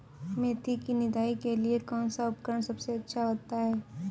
मेथी की निदाई के लिए कौन सा उपकरण सबसे अच्छा होता है?